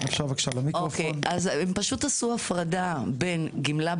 הם פשוט עשו הפרדה בין גמלה,